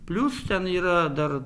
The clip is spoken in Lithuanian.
plius ten yra dar